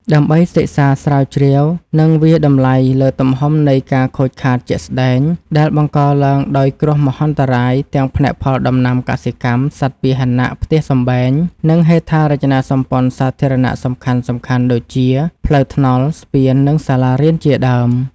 ដើម្បីសិក្សាស្រាវជ្រាវ និងវាយតម្លៃលើទំហំនៃការខូចខាតជាក់ស្តែងដែលបង្កឡើងដោយគ្រោះមហន្តរាយ ទាំងផ្នែកផលដំណាំកសិកម្ម សត្វពាហណៈ ផ្ទះសម្បែង និងហេដ្ឋារចនាសម្ព័ន្ធសាធារណៈសំខាន់ៗដូចជាផ្លូវថ្នល់ ស្ពាន និងសាលារៀនជាដើម។